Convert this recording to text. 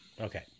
Okay